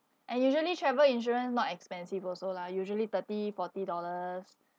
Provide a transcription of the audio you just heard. and usually travel insurance not expensive also lah usually thirty forty dollars